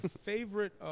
favorite –